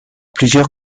plusieurs